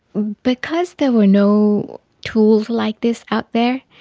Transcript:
because there were no tools like this out there,